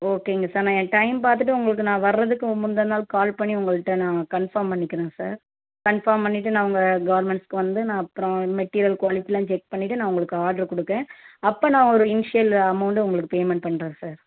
ஓகேங்க சார் நான் என் டைம் பார்த்துட்டு உங்களுக்கு நான் வர்றதுக்கு முந்தின நாள் கால் பண்ணி உங்கள்கிட்ட நான் கான்ஃபார்ம் பண்ணிக்கிறேன் சார் கான்ஃபார்ம் பண்ணிவிட்டு நான் உங்கள் கார்மெண்ட்ஸ்க்கு வந்து நான் அப்புறம் மெட்டீரியல் குவாலிட்டியெலாம் செக் பண்ணிவிட்டு நான் உங்களுக்கு ஆட்ரு கொடுக்கேன் அப்போ நான் ஒரு இன்ஷியல் அமௌண்ட்டு உங்களுக்கு பேமெண்ட் பண்ணுறேன் சார்